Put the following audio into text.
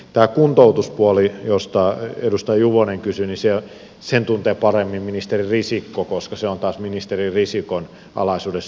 tämän kuntoutuspuolen josta edustaja juvonen kysyi tuntee paremmin ministeri risikko koska se on taas ministeri risikon alaisuudessa